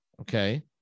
Okay